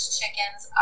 chickens